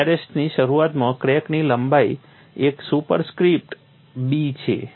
અને એરેસ્ટની શરૂઆતમાં ક્રેકની લંબાઈ એક સુપરસ્ક્રિપ્ટ b છે